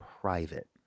private